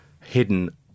hidden